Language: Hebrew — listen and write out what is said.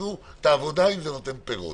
תעשו את העבודה אם זה נותן פירות.